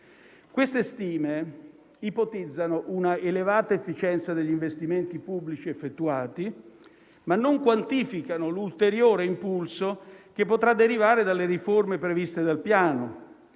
Queste stime ipotizzano un'elevata efficienza degli investimenti pubblici effettuati, ma non quantificano l'ulteriore impulso che potrà derivare dalle riforme previste dal Piano